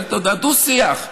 דו-שיח,